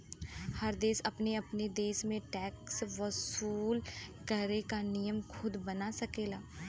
हर देश अपने अपने देश में टैक्स वसूल करे क नियम खुद बना सकेलन